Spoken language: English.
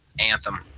Anthem